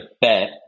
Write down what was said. bet